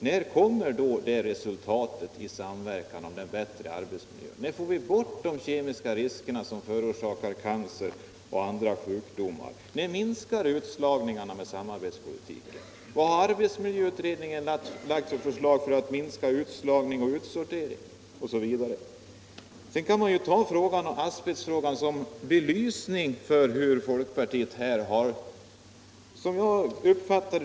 När kommer i så fall det resultatet i form av bättre arbetsmiljö? När får vi bort de kemiska ämnena, som förorsakar cancer och andra sjukdomar? När minskar utslagningarna - med samarbetspolitiken? Vilka förslag har arbetsmiljöutredningen lagt fram för att minska utslagning och utsortering, osv.? Jag kan ta asbestfrågan som exempel för att belysa hur folkpartiet handlat.